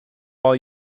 all